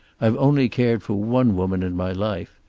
i've only cared for one woman in my life.